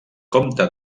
comte